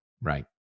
Right